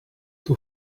two